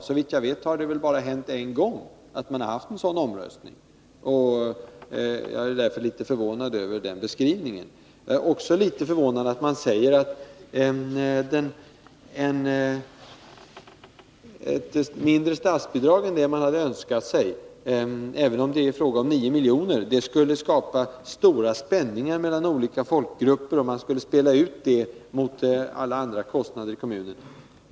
Såvitt jag vet har vi väl haft en sådan omröstning bara en gång. Jag är alltså litet förvånad över Lennart Anderssons beskrivning. Vidare är jag litet förvånad över uttalandet att ett mindre statsbidrag än det man önskat sig — även om det är fråga om 9 milj.kr. — skulle skapa stora spänningar mellan olika folkgrupper. Bidraget skulle spelas ut mot alla andra kostnader i kommunen, menar man.